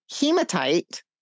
hematite